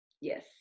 Yes